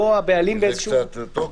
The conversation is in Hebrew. בסדר.